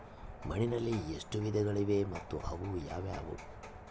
ಮಣ್ಣಿನಲ್ಲಿ ಎಷ್ಟು ವಿಧಗಳಿವೆ ಮತ್ತು ಅವು ಯಾವುವು?